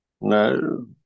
No